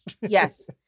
Yes